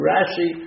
Rashi